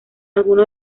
alguno